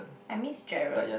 I miss Gerald